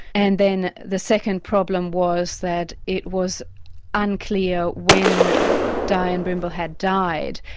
and then the second problem was that it was unclear when dianne brimble had died,